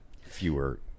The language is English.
fewer